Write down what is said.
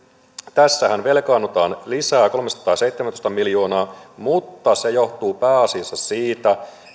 tässähän velkaannutaan lisää kolmesataaseitsemäntoista miljoonaa mutta se johtuu pääasiassa siitä